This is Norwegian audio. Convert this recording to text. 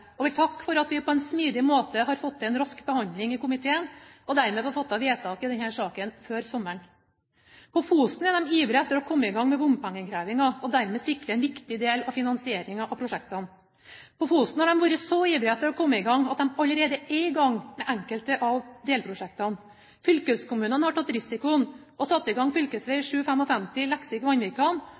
og vil takke for at vi på en smidig måte har fått til en rask behandling i komiteen – og dermed får fattet vedtak i denne saken før sommeren. På Fosen er de ivrige etter å komme i gang med bompengeinnkrevingen – og dermed sikre en viktig del av finansieringen av prosjektene. På Fosen har de vært så ivrige etter å komme i gang at de allerede er i gang med enkelte av delprosjektene. Fylkeskommunene har tatt risikoen og satt i gang